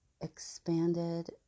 expanded